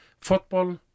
Football